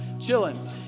chilling